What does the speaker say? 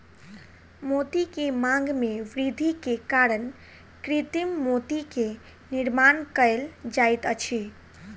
मोती के मांग में वृद्धि के कारण कृत्रिम मोती के निर्माण कयल जाइत अछि